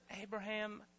Abraham